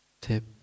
tip